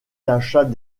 l’achat